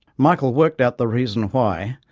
michael worked out the reason why,